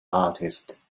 artists